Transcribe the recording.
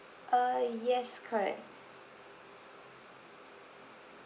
uh yes correct